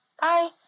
Bye